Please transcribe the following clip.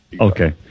Okay